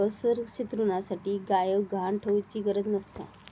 असुरक्षित ऋणासाठी कायव गहाण ठेउचि गरज नसता